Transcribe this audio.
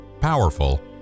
powerful